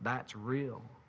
that's real